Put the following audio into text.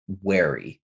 wary